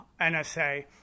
NSA